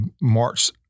March